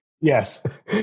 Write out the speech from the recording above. Yes